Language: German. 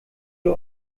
ihr